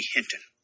Hinton